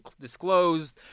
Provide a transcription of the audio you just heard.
disclosed